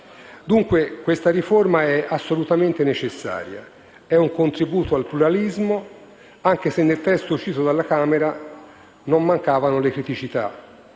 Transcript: Dunque, questa riforma è assolutamente necessaria. È un contributo al pluralismo, anche se nel testo uscito dalla Camera non mancavano le criticità,